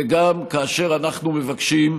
וגם כאשר אנחנו מבקשים,